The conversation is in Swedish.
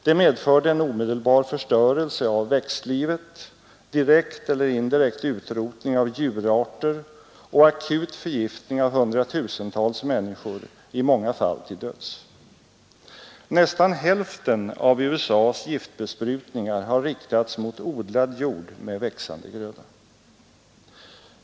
Det medförde en omedelbar förstörelse av växtlivet, direkt eller indirekt utrotning av djurarter och akut förgiftning av 100 000-tals människor, i många fall till döds. Nästan hälften av USA:s giftbesprutningar har riktats mot odlad jord med växande gröda.